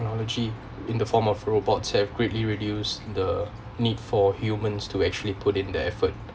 technology in the form of robots have greatly reduced the need for humans to actually put in the effort